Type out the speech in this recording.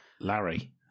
Larry